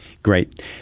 great